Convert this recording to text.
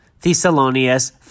Thessalonians